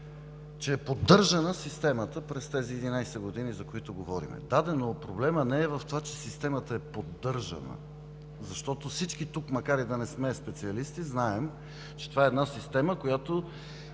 че е поддържана системата през тези 11 години, за които говорим. Да де, но проблемът не е в това, че системата е поддържана. Защото всички тук, макар и да не сме специалисти, знаем, че това е една система, която